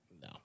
No